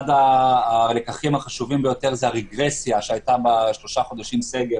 אחד הלקחים החשובים ביותר זה הרגרסיה שהייתה בשלושת חודשי הסגר,